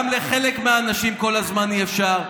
גם לחלק מהאנשים כל הזמן אי-אפשר,